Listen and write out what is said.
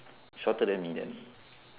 shorter than me then